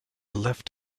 left